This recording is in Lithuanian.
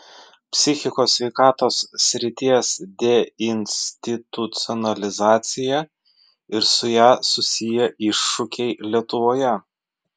psichikos sveikatos srities deinstitucionalizacija ir su ja susiję iššūkiai lietuvoje